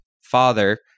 father